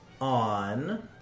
on